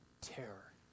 terror